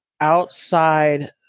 outside